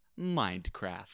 Minecraft